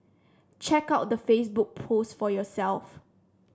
check out the Facebook post for yourself